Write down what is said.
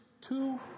two